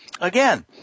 again